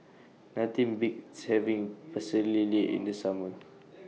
Nothing Beats having Pecel Lele in The Summer